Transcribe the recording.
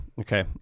okay